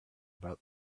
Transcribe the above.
about